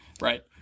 right